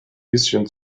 bisschen